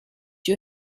you